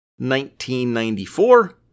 1994